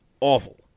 awful